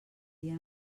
dia